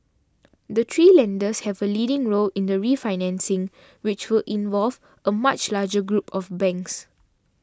the three lenders have a leading role in the refinancing which will involve a much larger group of banks